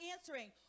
answering